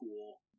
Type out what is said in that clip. cool